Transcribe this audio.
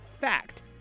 fact